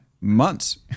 months